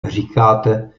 říkáte